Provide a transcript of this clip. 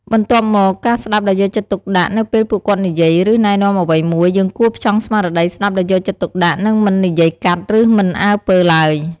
បន្ទាប់មក ការស្ដាប់ដោយយកចិត្តទុកដាក់នៅពេលពួកគាត់និយាយ ឬណែនាំអ្វីមួយ យើងគួរផ្ចង់ស្មារតីស្ដាប់ដោយយកចិត្តទុកដាក់ និងមិននិយាយកាត់ ឬមិនអើពើទ្បើយ។